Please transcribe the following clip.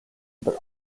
but